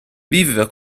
viveva